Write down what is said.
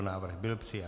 Návrh byl přijat.